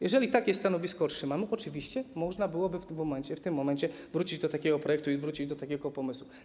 Jeżeli takie stanowisko otrzymamy, oczywiście można byłoby w tym momencie wrócić do takiego projektu i wrócić do takiego pomysłu.